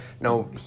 no